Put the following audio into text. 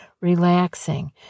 relaxing